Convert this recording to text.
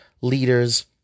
leaders